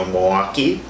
Milwaukee